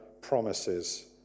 promises